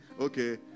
Okay